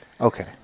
Okay